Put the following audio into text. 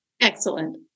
Excellent